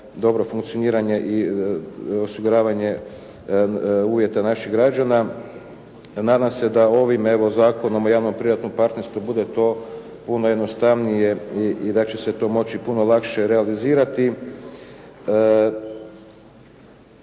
dobro funkcioniranje i osiguravanje uvjeta naših građana. Nadam se da ovim evo Zakonom o javno-privatnom partnerstvu bude to puno jednostavnije i da će se to moći puno lakše realizirati.